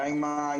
די עם הסיסמאות.